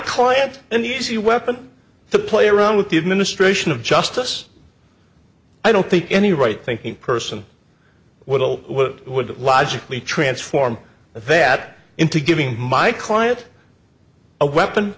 client an easy weapon to play around with the administration of justice i don't think any right thinking person would know what would logically transform that into giving my client a weapon